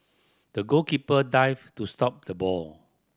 the goalkeeper dived to stop the ball